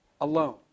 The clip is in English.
alone